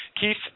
Keith